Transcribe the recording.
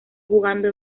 jugando